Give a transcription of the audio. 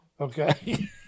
Okay